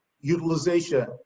utilization